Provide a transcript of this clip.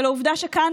את העובדה שכאן,